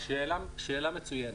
שאלה מצוינת.